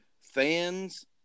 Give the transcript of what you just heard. fans